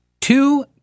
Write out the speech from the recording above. Two